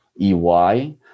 EY